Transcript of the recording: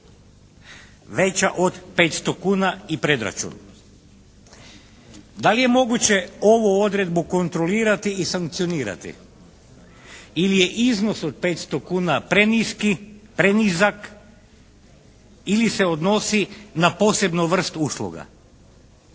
Veća od 500 kuna i predračun. Da li je moguće ovu odredbu kontrolirati i sankcionirati? Ili je iznos od 500 kuna prenizak ili se odnosi na posebnu vrst usluga?